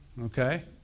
Okay